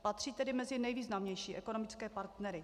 Patří tedy mezi nejvýznamnější ekonomické partnery.